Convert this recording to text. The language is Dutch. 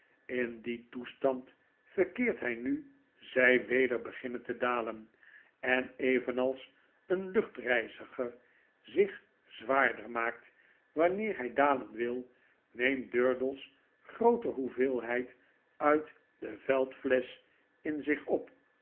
in dien toestand verkeert hij nu zy weder beginnen te dalen en evenals een luchtreiziger zich zwaarder maakt wanneer hij dalen wil neemt durdels grooter hoeveelheid uit de veldflesch in zich op